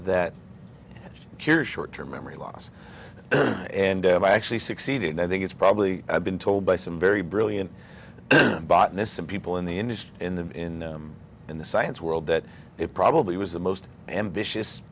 that cures short term memory loss and actually succeeded i think it's probably i've been told by some very brilliant botanist some people in the industry in the in them in the science world that it probably was the most ambitious